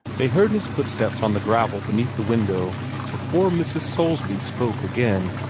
they heard his footsteps on the gravel beneath the window before mrs. soulsby spoke again.